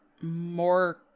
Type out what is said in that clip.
more